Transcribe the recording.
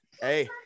hey